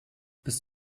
bist